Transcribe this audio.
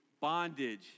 bondage